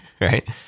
right